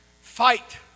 Fight